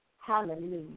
Hallelujah